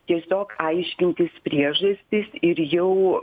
tiesiog aiškintis priežastis ir jau